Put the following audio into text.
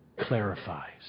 clarifies